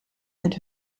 and